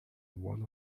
one